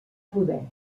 poder